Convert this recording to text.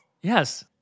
Yes